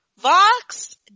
Vox